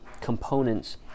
components